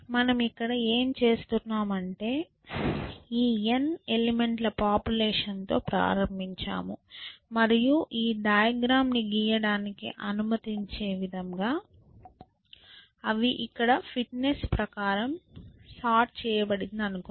మనము ఇక్కడ ఏమి చేస్తున్నాం అంటే ఈ n ఎలిమెంట్ల పాపులేషన్ తో ప్రారంభించాము మరియు ఈ డయాగ్రమ్ ని గీయడానికి అనుమతించే విధంగా అవి ఇక్కడ ఫిట్నెస్ ప్రకారం సార్ట్ చేయబడిందనుకుందాం